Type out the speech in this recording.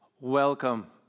Welcome